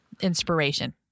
inspiration